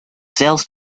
sales